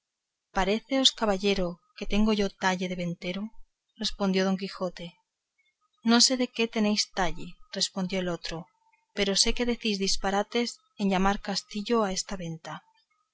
paréceos caballeros que tengo yo talle de ventero respondió don quijote no sé de qué tenéis talle respondió el otro pero sé que decís disparates en llamar castillo a esta venta